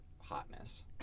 hotness